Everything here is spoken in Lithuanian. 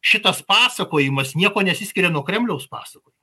šitas pasakojimas niekuo nesiskiria nuo kremliaus pasakojimo